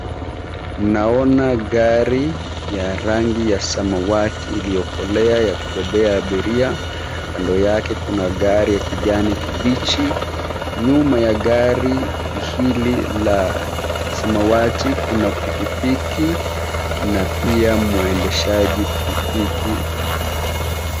Naona gari ya rangi ya samawati iliyokolea ya kubebea abiria, kando yake kuna gari ya kijani kibichi. Nyuma ya gari hili la samawati kuna pikipiki na pia mwendeshaji pikipiki.